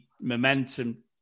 momentum